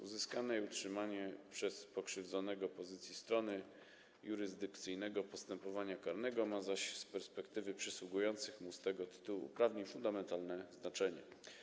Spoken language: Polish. Uzyskanie i utrzymanie przez pokrzywdzonego pozycji strony jurysdykcyjnego postępowania karnego ma zaś z perspektywy przysługujących mu z tego tytułu uprawnień fundamentalne znaczenie.